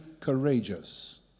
courageous